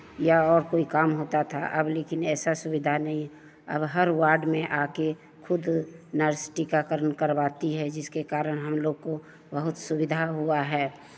या और कोई काम होता था अब लेकिन ऐसा सुविधा नहीं अब हर वार्ड में आके खुद नर्स टीकाकरण करवाती है जिसके कारण हम लोग को बहुत सुविधा हुआ है